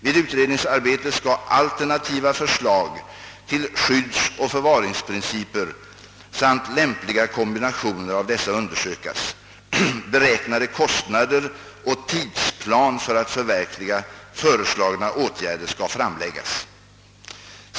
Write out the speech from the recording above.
Vid utredningsarbetet skall alternativa förslag till skyddsoch förvaringsprinciper samt lämpliga kombinationer av dessa undersökas. Beräknade kostnader och tidsplan för att förverkliga föreslagna åtgärder skall framläggas.